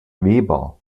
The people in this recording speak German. weber